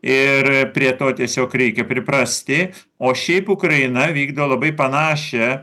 ir prie to tiesiog reikia priprasti o šiaip ukraina vykdo labai panašią